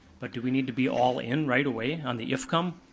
but do we need to be all in right away on the if come?